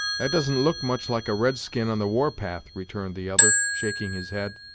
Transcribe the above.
that doesn't look much like a red-skin on the war path! returned the other, shaking his head.